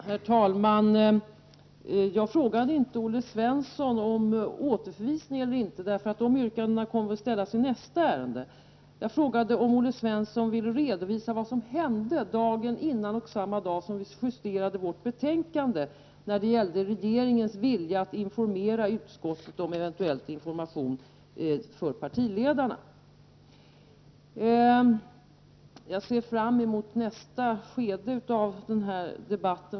Herr talman! Jag frågade inte Olle Svensson om återförvisning eller inte. De yrkandena kommer att ställas i nästa ärende. Jag frågade om Olle Svensson ville redovisa vad som hände dagen innan och samma dag som vi justerade vårt betänkande, när det gällde regeringens vilja att informera utskottet om eventuell information för partiledarna. Jag ser fram mot nästa skede av den här debatten.